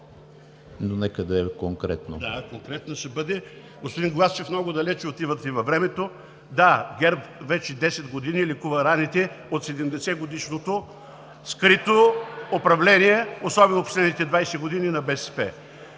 ГЪРНЕВСКИ (ГЕРБ): Да, конкретно ще бъде. Господин Главчев, много далеч отивате във времето. Да, ГЕРБ вече 10 години лекува раните от 70-годишното скрито управление, особено последните 20 години на БСП.